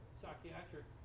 psychiatric